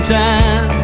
time